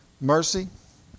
Mercy